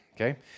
Okay